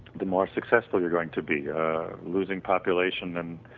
the more successful you're going to be losing population than